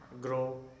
grow